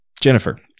Jennifer